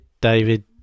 David